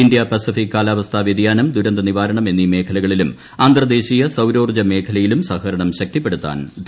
India Pacific കാലാവസ്ഥാ വൃതിയാനം ദുരന്ത നിവാരണം എന്നീ ് മേഖലകളിലുക അന്തർദേശീയ സൌരോർജ്ജ മേഖലയിലും സഹകരണം ശക്തിപ്പെടുത്താൻ പ്രാർമുണ്ട്യായി